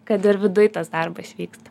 kad ir viduj tas darbas vyksta